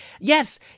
Yes